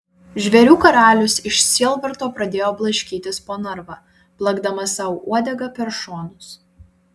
žvėrių karalius iš sielvarto pradėjo blaškytis po narvą plakdamas sau uodega per šonus